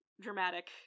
dramatic